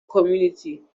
community